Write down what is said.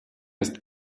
ist